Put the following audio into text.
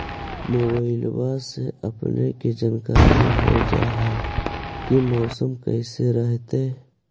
मोबाईलबा से अपने के जानकारी हो जा है की मौसमा कैसन रहतय?